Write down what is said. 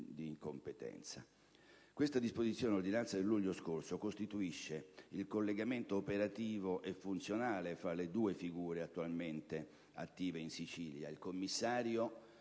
Questa disposizione dell'ordinanza del luglio scorso costituisce il collegamento operativo e funzionale tra le due figure attualmente attive in Sicilia: